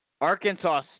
Arkansas